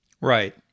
Right